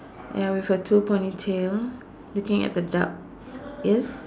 ya with a two ponytail looking at the duck